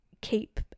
Keep